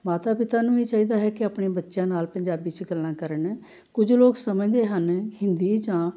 ਮਾਤਾ ਪਿਤਾ ਨੂੰ ਵੀ ਚਾਹੀਦਾ ਹੈ ਕਿ ਆਪਣੇ ਬੱਚਿਆਂ ਨਾਲ ਪੰਜਾਬੀ 'ਚ ਗੱਲਾਂ ਕਰਨ ਕੁਝ ਲੋਕ ਸਮਝਦੇ ਹਨ ਹਿੰਦੀ ਜਾਂ